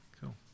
cool